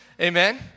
Amen